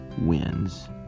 Wins